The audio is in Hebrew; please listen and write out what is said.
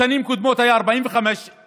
בשנים קודמות היו 45,000,